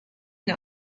une